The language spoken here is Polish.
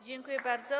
Dziękuję bardzo.